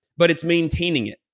but it's maintaining it,